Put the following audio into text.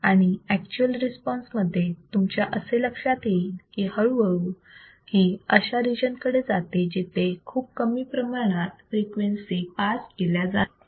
आणि actual response मध्ये तुमच्या असे लक्षात येईल की हळूहळू ही अशा रिजन कडे जाते जिथे खूप कमी प्रमाणात फ्रिक्वेन्सी पास केल्या जातात